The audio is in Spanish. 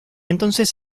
entonces